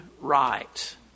right